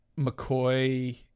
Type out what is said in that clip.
McCoy